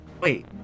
Wait